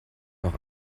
noch